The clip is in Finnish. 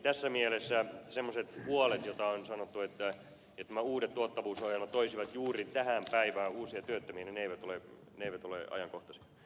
tässä mielessä semmoiset huolet että on sanottu että nämä uudet tuottavuusohjelmat toisivat juuri tähän päivään uusia työttömiä eivät ole ajankohtaisia